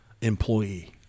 employee